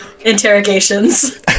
interrogations